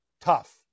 tough